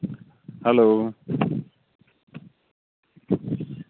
hello